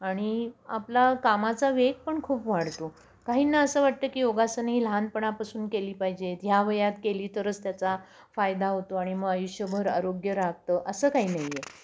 आणि आपला कामाचा वेग पण खूप वाढतो काहींना असं वाटतं की योगासने लहानपणापासून केली पाहिजेत ह्या वयात केली तरच त्याचा फायदा होतो आणि मग आयुष्यभर आरोग्य राहतं असं काही नाही आहे